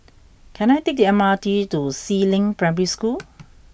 can I take the M R T to Si Ling Primary School